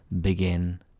begin